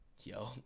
yo